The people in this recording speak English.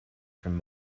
from